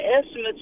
estimates